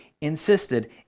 insisted